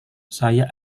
saya